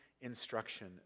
instruction